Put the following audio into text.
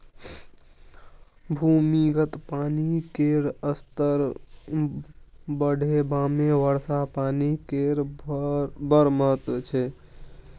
भूमिगत पानि केर स्तर बढ़ेबामे वर्षा पानि केर बड़ महत्त्व छै